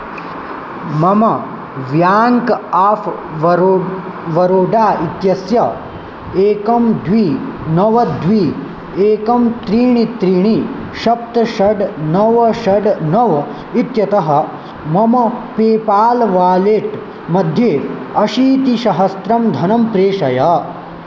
मम bank of वरो वरोडा इत्यस्य एकं द्वे नव द्वे एकं त्रीणि त्रीणि सप्त षट् नव षट् नव इत्यतः मम पेपाल् वालेट् मध्ये अशीतिसहस्रं धनं प्रेषय